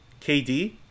KD